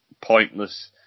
pointless